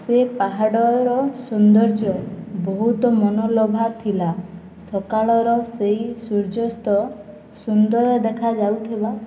ସେ ପାହାଡ଼ର ସୌନ୍ଦର୍ଯ୍ୟ ବହୁତ ମନଲୋଭା ଥିଲା ସକାଳର ସେହି ସୂର୍ଯ୍ୟାସ୍ତ ସୁନ୍ଦର ଦେଖା ଯାଉଥିଲା